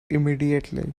immediately